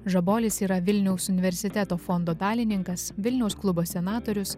žabolis yra vilniaus universiteto fondo dalininkas vilniaus klubas senatorius